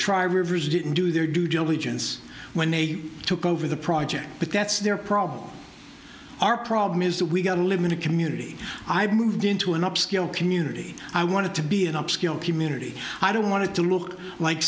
tribe rivers didn't do their due diligence when they took over the project but that's their problem our problem is that we got to live in a community i've moved into an upscale community i want to be an upscale community i don't want to look like